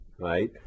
right